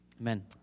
amen